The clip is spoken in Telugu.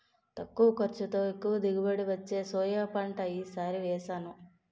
తక్కువ ఖర్చుతో, ఎక్కువ దిగుబడి వచ్చే సోయా పంట ఈ సారి వేసాను